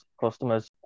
customers